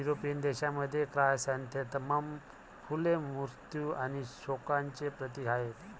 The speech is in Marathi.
युरोपियन देशांमध्ये, क्रायसॅन्थेमम फुले मृत्यू आणि शोकांचे प्रतीक आहेत